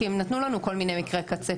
כי הם נתנו לנו כל מיני מקרי קצה כאלה.